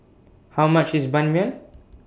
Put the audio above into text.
How much IS Ban Mian